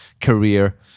career